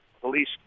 police